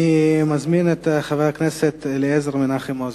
אני מזמין את חבר הכנסת אליעזר מנחם מוזס.